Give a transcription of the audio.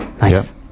Nice